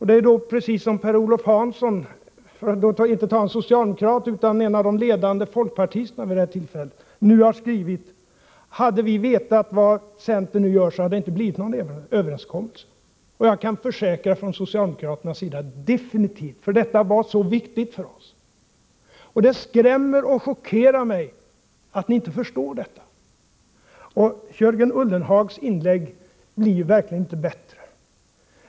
Det är precis vad Per-Olof Hansson, för att inte ta en socialdemokrat utan en av de ledande folkpartisterna vid det tillfället, nu har skrivit: Hade vi vetat vad centern nu gör så hade det inte blivit någon överenskommelse. Och jag kan försäkra från socialdemokraternas sida att det definitivt är så, för detta var så viktigt för oss. Det skrämmer och chockerar mig att ni inte förstår detta. Jörgen Ullenhags inlägg blir nu verkligen inte bättre.